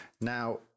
Now